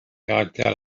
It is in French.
caractère